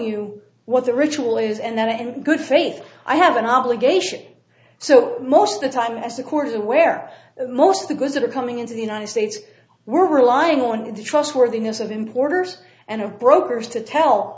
you what the ritual is and that in good faith i have an obligation so most of the time as the court is aware most of the goods that are coming into the united states were relying on the trustworthiness of importers and of brokers to tell